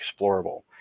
explorable